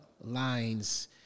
lines